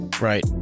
Right